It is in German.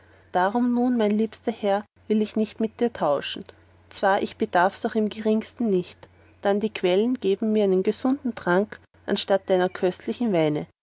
darum dann nun mein liebster herr will ich nicht mit dir tauschen zwar ich bedarfs auch im geringsten nicht dann die quellen geben mir einen gesunden trank anstatt deiner köstlichen weine